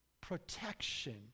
Protection